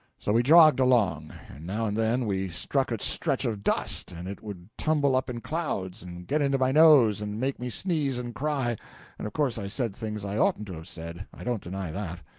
so we jogged along, and now and then we struck a stretch of dust, and it would tumble up in clouds and get into my nose and make me sneeze and cry and of course i said things i oughtn't to have said, i don't deny that.